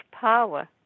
power